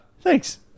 Thanks